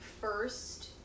first